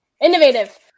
innovative